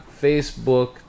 Facebook